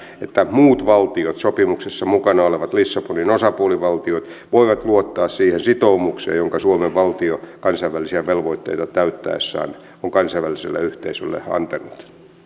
että muut valtiot lissabonin sopimuksessa mukana olevat osapuolivaltiot voivat luottaa siihen sitoumukseen jonka suomen valtio kansainvälisiä velvoitteita täyttäessään on kansainväliselle yhteisölle antanut